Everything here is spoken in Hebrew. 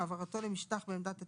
העברתו למשטח בעמדת הטיפול,